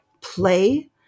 play